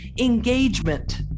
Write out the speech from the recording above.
engagement